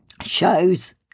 shows